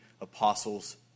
apostles